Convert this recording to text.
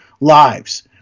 lives